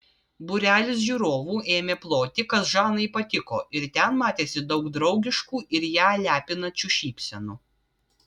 būrelis žiūrovų ėmė ploti kas žanai patiko ir ten matėsi daug draugiškų ir ją lepinančių šypsenų